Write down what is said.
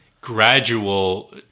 gradual